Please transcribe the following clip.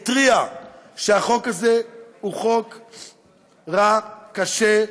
התריע שהחוק הזה הוא חוק רע, קשה,